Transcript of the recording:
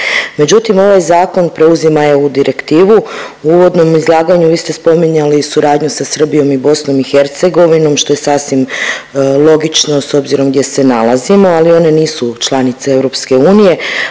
međutim ovaj zakon preuzima EU direktivu. U uvodnom izlaganju vi ste spominjali suradnju sa Srbijom i BiH, što je sasvim logično s obzirom gdje se nalazimo, ali one nisu članice EU, pa mene